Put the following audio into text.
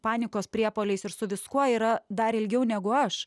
panikos priepuoliais ir su viskuo yra dar ilgiau negu aš